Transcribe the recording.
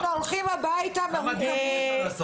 אנחנו הולכים הביתה מרוקנים.